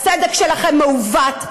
הצדק שלכם מעוות.